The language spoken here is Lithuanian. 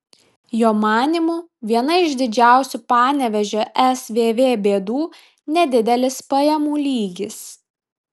jo manymu viena iš didžiausių panevėžio svv bėdų nedidelis pajamų lygis